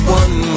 one